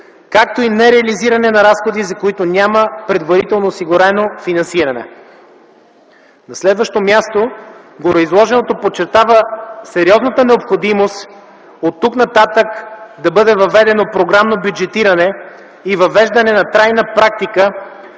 както и нереализирането на разходи, за които няма предварително осигурено финансиране. На следващо място, гореизложеното подчертава сериозната необходимост оттук нататък да бъде въведено програмно бюджетиране и въвеждането на трайна практика